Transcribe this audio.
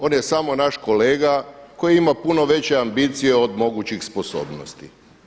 On je samo naš kolega koji ima puno veće ambicije od mogućih sposobnosti.